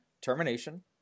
termination